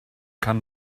kann